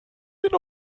ihnen